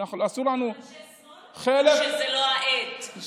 אסור לנו, גם אנשי שמאל אמרו שזה לא העת עכשיו.